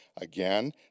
again